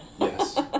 Yes